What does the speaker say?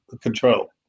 control